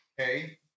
okay